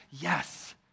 Yes